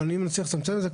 אבל אם נצליח לצמצם את זה,